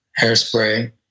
hairspray